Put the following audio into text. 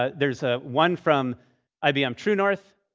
ah there's ah one from ibm truenorth.